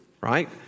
right